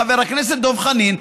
חבר הכנסת דב חנין,